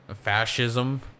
fascism